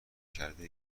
کرده